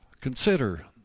Consider